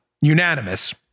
unanimous